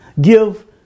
give